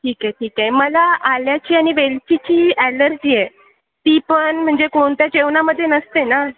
ठीक आहे ठीक आहे मला आल्याची आणि वेलचीची ॲलर्जी आहे ती पण म्हणजे कोणत्या जेवणामध्ये नसते ना